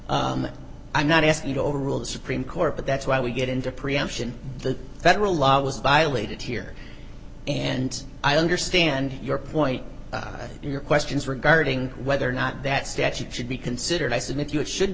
i'm not asking you to overrule the supreme court but that's why we get into preemption the federal law was violated here and i understand your point your questions regarding whether or not that statute should be considered i said if you it should